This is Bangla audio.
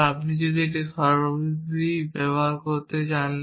কারণ আপনি যদি এটি সরাসরি ব্যবহার করতে যান